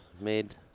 Made